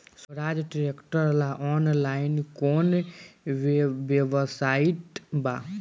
सोहराज tractor ला online कोउन website बा?